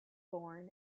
born